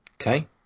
okay